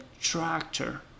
tractor